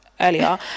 earlier